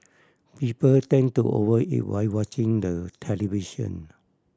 people tend to over eat while watching the television